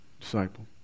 disciple